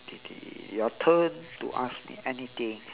your turn to ask me anything